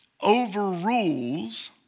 overrules